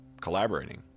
collaborating